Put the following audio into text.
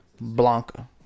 Blanca